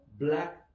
black